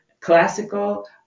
classical